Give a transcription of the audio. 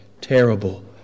terrible